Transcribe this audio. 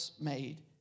made